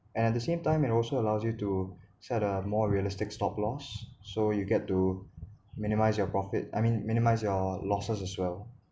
at the same time it also allows you to set a more realistic stop loss so you get to minimize your profit I mean minimize your losses as well